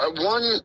One